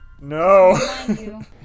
No